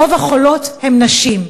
רוב החולים הם נשים.